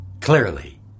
clearly